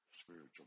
spiritual